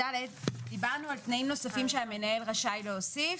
דיברנו על תנאים נוספים שהמנהל רשאי להוסיף,